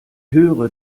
höre